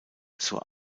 zur